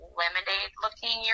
lemonade-looking